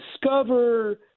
discover